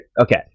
Okay